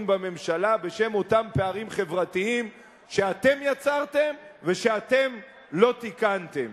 בממשלה בשם אותם פערים חברתיים שאתם יצרתם ושאתם לא תיקנתם?